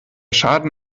schaden